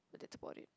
but that's about it